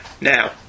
now